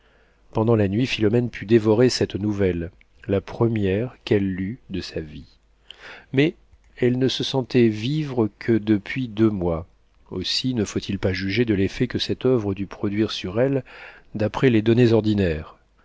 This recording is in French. pendant la nuit philomène put dévorer cette nouvelle la première qu'elle lut de sa vie mais elle ne se sentait vivre que depuis deux mois aussi ne faut-il pas juger de l'effet que cette oeuvre dut produire sur elle d'après les données ordinaires